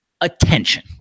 attention